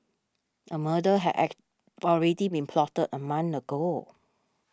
a murder had already been plotted a month ago